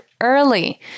early